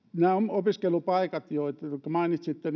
opiskelupaikat jotka mainitsitte